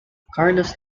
carlos